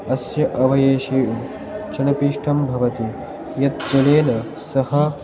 अस्य अवयेशे चनपिष्ठं भवति यत् चलेन सः